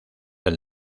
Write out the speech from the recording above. del